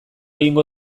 egingo